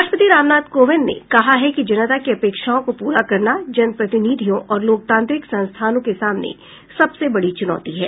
राष्ट्रपति रामनाथ कोविंद ने कहा है कि जनता की अपेक्षाओं को पूरा करना जन प्रतिनिधियों और लोकतांत्रिक संस्थानों के सामने सबसे बड़ी चुनौती है